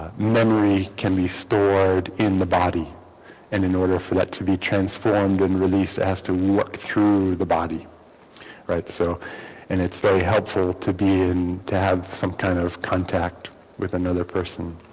memory can be stored in the body and in order for that to be transformed and released as to work through the body right so and it's very helpful to be and to have some kind of contact with another person